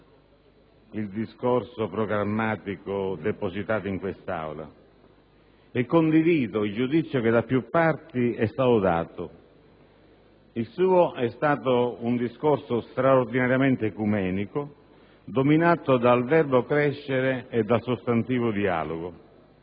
il discorso programmatico depositato in quest'Aula e condivido il giudizio che da più parti è stato dato: il suo è stato un discorso straordinariamente ecumenico, dominato dal verbo «crescere» e dal sostantivo «dialogo»;